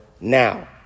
now